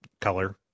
color